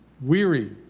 weary